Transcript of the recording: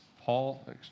Paul